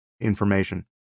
information